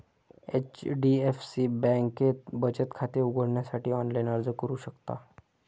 HDFC बँकेत बचत खाते उघडण्यासाठी ऑनलाइन अर्ज करू शकता